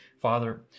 Father